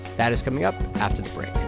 that is coming up after the break